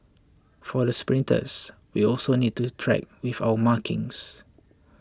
for the sprinters we also need to track with our markings